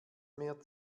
mehr